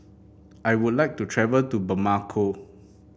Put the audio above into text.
I would like to travel to Bamako